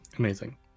amazing